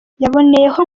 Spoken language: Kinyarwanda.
yaboneyeho